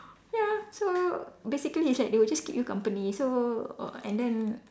ya so basically it's like they will just keep you company so err and then